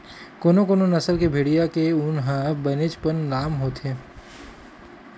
कोनो कोनो नसल के भेड़िया के ऊन ह बनेचपन लाम होथे